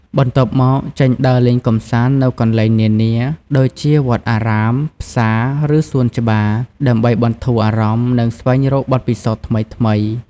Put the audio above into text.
បន្ទាប់មក ចេញដើរលេងកម្សាន្តនៅកន្លែងនានា ដូចជាវត្តអារាម ផ្សារ ឬសួនច្បារ ដើម្បីបន្ធូរអារម្មណ៍ និងស្វែងរកបទពិសោធន៍ថ្មីៗ។